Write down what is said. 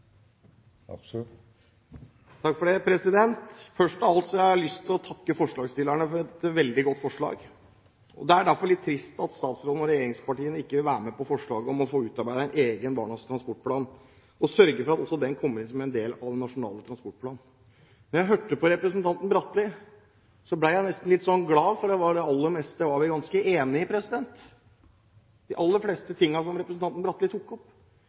regjeringspartiene ikke vil være med på forslaget om å få utarbeidet en egen barnas transportplan og sørge for at også den kommer inn som en del av Nasjonal transportplan. Da jeg hørte på representanten Bratli, ble jeg nesten litt glad, for det aller meste av det representanten Bratli tok opp, er vi ganske enige om. Når man er enige om alt, er det dessverre synd at man kommer til forskjellige konklusjoner til slutt: regjeringspartiene velger å ikke støtte forslaget. Når representanten Bratli